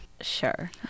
Sure